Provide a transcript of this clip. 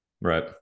Right